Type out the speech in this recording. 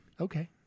Okay